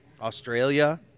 Australia